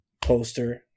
poster